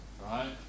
right